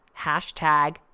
Hashtag